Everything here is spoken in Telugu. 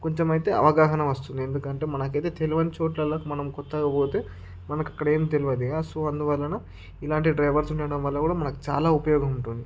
కొంచమైతే అవగాహన వస్తుంది ఎందుకంటే మనకైతే తెలివైన చోట్లలో మనం కొత్తగా పోతే మనకు అక్కడ ఏం తెలవదుగా సో అందువలన ఇలాంటి డ్రైవర్స్ ఉండడం వల్ల కూడా మనకు చాలా ఉపయోగం ఉంటుంది